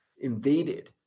invaded